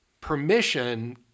permission